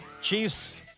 Chiefs